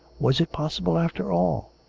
was it possible, after all!